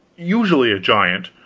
usually a giant.